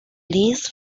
leased